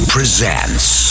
Presents